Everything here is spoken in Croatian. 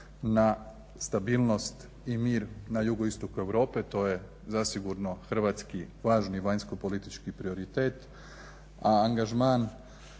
na stabilnost i mir na JI Europe to je zasigurno hrvatski važni vanjskopolitički prioritet a angažman